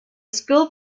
school